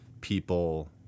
people